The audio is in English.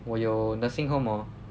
我有 nursing home hor